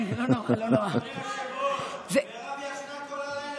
לפני שאני אדבר עליו אני